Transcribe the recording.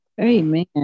Amen